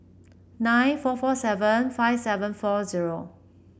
nine four four seven five seven four zero